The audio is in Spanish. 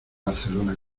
barcelona